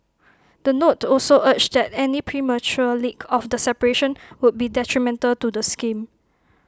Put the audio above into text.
the note also urged that any premature leak of the separation would be detrimental to the scheme